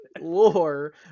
lore